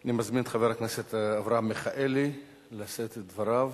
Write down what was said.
אני מזמין את חבר הכנסת אברהם מיכאלי לשאת את דבריו.